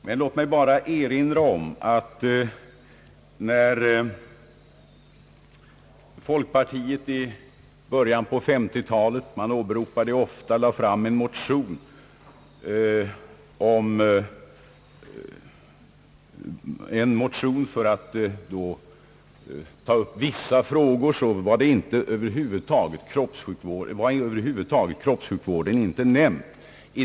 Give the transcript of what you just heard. Men låt mig bara erinra om att när folkpartiet i början på 1950-talet — man åberopar det ofta — lade fram sin ofta åberopade motion där man tog upp vissa frågor så var kroppssjukvården över huvud taget inte nämnd.